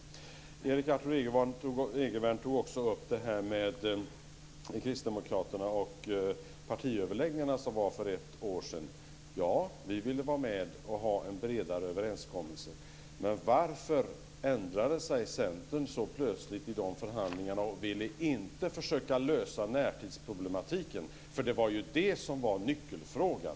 Erik Arthur Egervärn tog också upp kristdemokraternas roll i partiöverläggningarna för ett år sedan. Ja, vi ville vara med och ha en bredare överenskommelse. Men varför ändrade sig Centern så plötsligt i de förhandlingarna och ville inte försöka finna en lösning för närtidsproblematiken? Det var ju det som var nyckelfrågan.